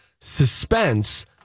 suspense